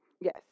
Yes